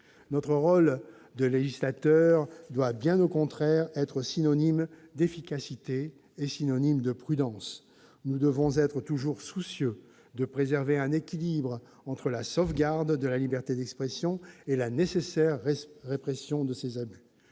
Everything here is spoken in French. Notre rôle de législateur doit, bien au contraire, être synonyme d'efficacité et de prudence. Nous devons être toujours soucieux de préserver un équilibre entre la sauvegarde de la liberté d'expression et la nécessaire répression de ses abus.